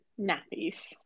nappies